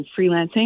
freelancing